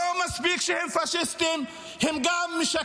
לא היה מספיק שהם פשיסטים, הם משקרים.